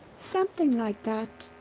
something like that.